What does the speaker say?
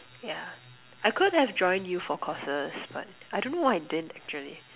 yeah I could have joined youth for causes but I don't know why I didn't actually